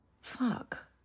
fuck